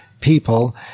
people